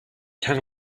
can